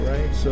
Right